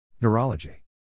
Neurology